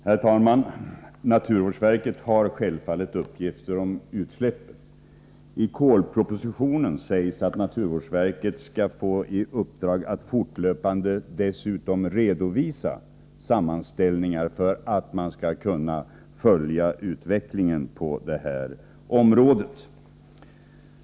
Herr talman! Naturvårdsverket har självfallet uppgifter om utsläppen. I kolpropositionen sägs att naturvårdsverket dessutom skall ges i uppdrag att fortlöpande redovisa sammanställningar för att man skall kunna följa utvecklingen på detta område.